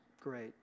great